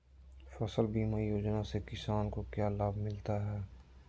फसल बीमा योजना से किसान को क्या लाभ मिलता है?